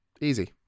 easy